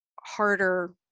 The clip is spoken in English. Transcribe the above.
harder